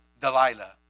Delilah